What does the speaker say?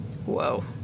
whoa